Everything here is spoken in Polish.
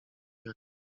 jak